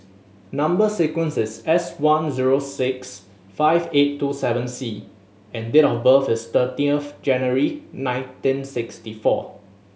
number sequence is S one zero six five eight two seven C and date of birth is thirteenth January nineteen sixty four